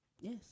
Yes